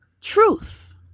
truth